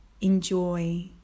enjoy